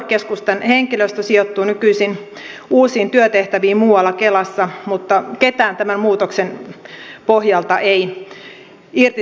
aluekeskusten henkilöstö sijoittuu nykyisin uusiin työtehtäviin muualla kelassa mutta ketään tämän muutoksen pohjalta ei irtisanottu